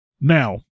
Now